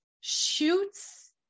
shoots